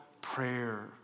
prayer